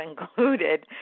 included